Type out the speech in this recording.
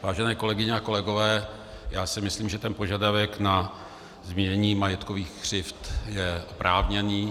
Vážené kolegyně a kolegové, já si myslím, že požadavek na zmírnění majetkových křivd je oprávněný.